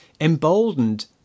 emboldened